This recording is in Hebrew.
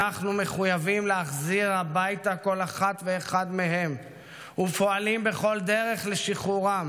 אנחנו מחויבים להחזיר הביתה כל אחת ואחד מהם ופועלים בכל דרך לשחרורם.